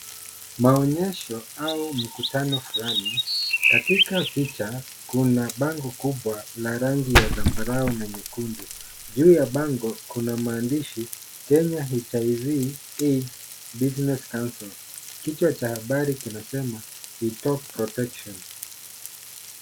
Maonyesho au mkutano fulani, katika picha kuna bango kubwa ya rangi ya zambarau na nyekundu. Juu ya bango kuna maandishi Kenya HIV AIDS Business Council . Kichwa cha habari kinasema we talk protection .